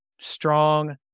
strong